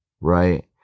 Right